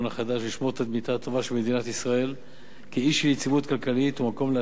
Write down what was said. על תדמיתה הטובה של מדינת ישראל כאי של יציבות כלכלית ומקום להשקעות.